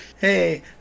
hey